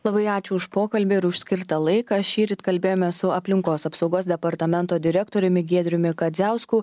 labai ačiū už pokalbį ir už skirtą laiką šįryt kalbėjomės su aplinkos apsaugos departamento direktoriumi giedriumi kadziausku